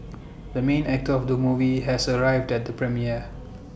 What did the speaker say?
the main actor of the movie has arrived at the premiere